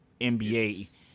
NBA